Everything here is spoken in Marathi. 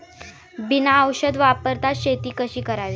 बिना औषध वापरता शेती कशी करावी?